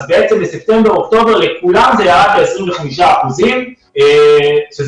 הרי שבספטמבר-אוקטובר לכולם זה ירד ל-25 אחוזים מה